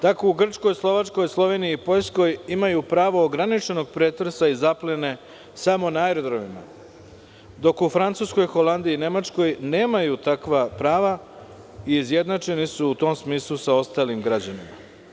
Tako u Grčkoj, Slovačkoj, Sloveniji i Poljskoj imaju pravu ograničenog pretresa i zaplene samo na aerodromima, dok u Francuskoj, Holandiji i Nemačkoj nemaju takva prava i izjednačeni su u tom smislu sa ostalim građanima.